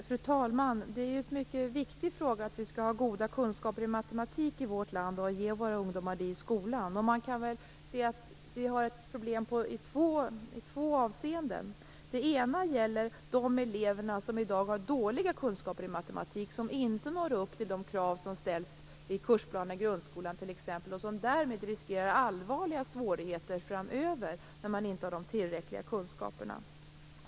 Fru talman! Det är en mycket viktig fråga att vi skall ha goda kunskaper i matematik i vårt land och att vi skall ge våra ungdomar kunskaperna i skolan. Vi har problem i fler avseenden. De elever som i dag har dåliga kunskaper i matematik och som inte når upp till de krav som ställs i grundskolans kursplaner t.ex. riskerar allvarliga svårigheter framöver.